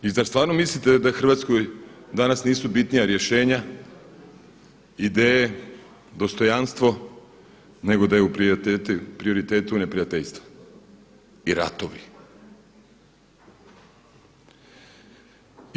I zar stvarno mislite da Hrvatskoj danas nisu bitnija rješenja, ideje, dostojanstvo nego da je u prioritetu neprijateljstvo i ratovi?